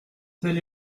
tel